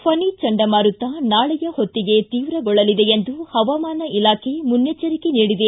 ಫನಿ ಚಂಡಮಾರುತ ನಾಳೆಯ ಹೊತ್ತಿಗೆ ತೀವ್ರಗೊಳ್ಳಲಿದೆ ಎಂದು ಹವಾಮಾನ ಇಲಾಖೆ ಮುನ್ನೆಚ್ಚರಿಕೆ ನೀಡಿದೆ